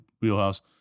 wheelhouse